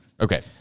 Okay